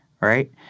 right